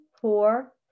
four